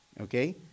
Okay